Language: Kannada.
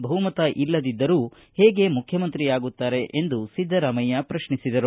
ಬಹುಮತ ಇಲ್ಲದಿದ್ದರೂ ಹೇಗೆ ಮುಖ್ಯಮಂತ್ರಿಯಾಗುತ್ತಾರೆ ಎಂದು ಸಿದ್ದರಾಮಯ್ಯ ಪ್ರತ್ನಿಸಿದರು